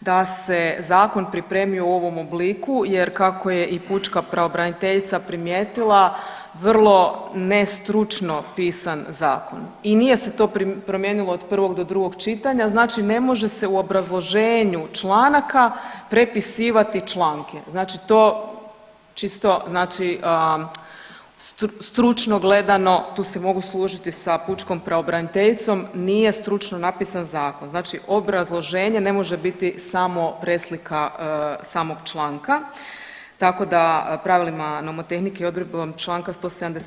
da se zakon pripremio u ovom obliku jer kako je i pučka pravobraniteljica primijetila, vrlo nestručno pisan zakon i nije se to promijenilo od prvog do drugog čitanja, znači ne može se u obrazloženju članaka prepisivati članke, znači to čisto znači stručno gledano tu se mogu složiti sa pučkom pravobraniteljicom nije stručno napisan zakon, znači obrazloženje ne može biti samo preslika samog članka, tako da pravilima nomotehnike i odredbom čl. 175.